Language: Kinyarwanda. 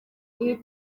iyi